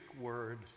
word